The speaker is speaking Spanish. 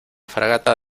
fragata